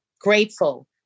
grateful